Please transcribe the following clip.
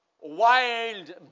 wild